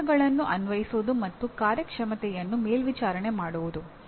ತಂತ್ರಗಳನ್ನು ಅನ್ವಯಿಸುವುದು ಮತ್ತು ಕಾರ್ಯಕ್ಷಮತೆಯನ್ನು ಮೇಲ್ವಿಚಾರಣೆ ಮಾಡುವುದು